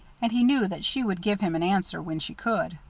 and he knew that she would give him an answer when she could.